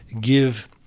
give